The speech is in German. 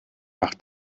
nach